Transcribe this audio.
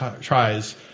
tries